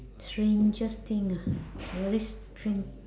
strangest thing ah very strange